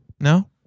No